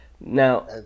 Now